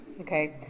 Okay